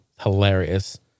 Hilarious